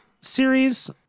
series